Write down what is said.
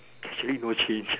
actually no change